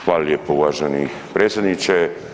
Hvala lijepo uvaženi predsjedniče.